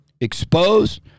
exposed